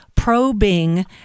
Probing